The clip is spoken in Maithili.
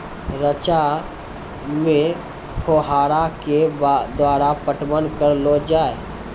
रचा मे फोहारा के द्वारा पटवन करऽ लो जाय?